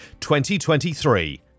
2023